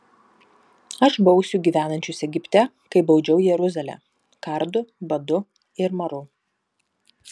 aš bausiu gyvenančius egipte kaip baudžiau jeruzalę kardu badu ir maru